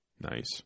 Nice